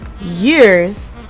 years